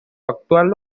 actual